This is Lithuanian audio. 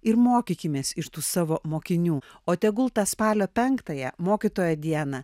ir mokykimės iš tų savo mokinių o tegul tą spalio penktąją mokytojo dieną